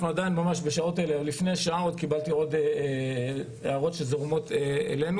אנחנו עדיין בשעות אלה מקבלים הערות נוספות.